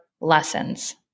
lessons